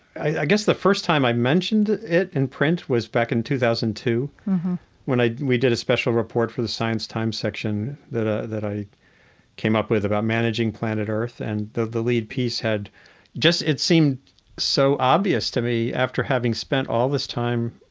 i guess the first time i mentioned it in print was back in two thousand and two when we did a special report for the science times section that ah that i came up with about managing planet earth. and the the lead piece had just it seemed so obvious to me after having spent all this time,